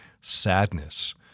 sadness